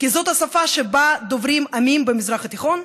כי זאת השפה שבה דוברים עמים במזרח התיכון,